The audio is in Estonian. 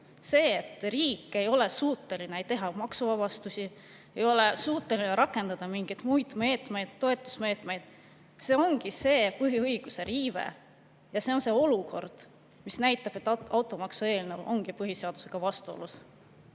see, et riik ei ole suuteline tegema maksuvabastusi, ei ole suuteline rakendama mingeid muid meetmeid, toetusmeetmeid, ongi see põhiõiguse riive. See on olukord, mis näitab, et automaksu eelnõu on põhiseadusega vastuolus.